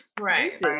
Right